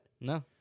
No